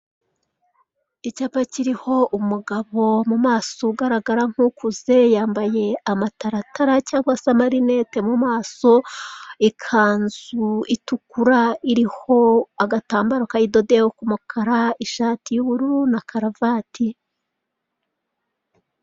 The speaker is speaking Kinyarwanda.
Aya n'ameza ari mu nzu, bigaragara ko aya meza ari ayokuriho arimo n'intebe nazo zibaje mu biti ariko aho bicarira hariho imisego.